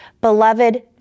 Beloved